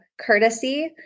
courtesy